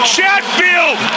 Chatfield